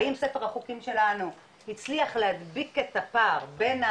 האם ספר החוקים שלנו הצליח להדביק את המירוץ